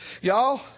y'all